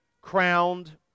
crowned